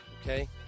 okay